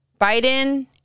Biden